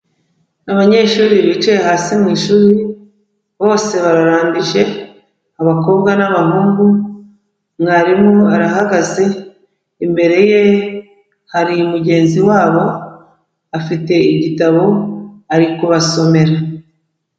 Abanyeshuri bicaye hasi mu ishuri, bose bararambije abakobwa n'abahungu, mwarimu arahagaze, imbere ye hari mugenzi wabo, afite igitabo ari kubasomera.